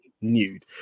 nude